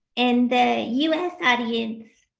and the u s. audience